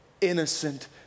innocent